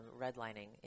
redlining